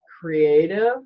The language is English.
creative